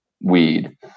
weed